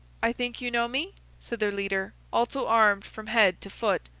i think you know me said their leader, also armed from head to foot.